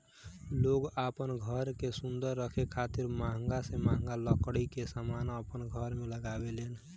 लोग आपन घर के सुंदर रखे खातिर महंगा से महंगा लकड़ी के समान अपन घर में लगावे लेन